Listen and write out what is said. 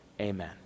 Amen